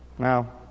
Now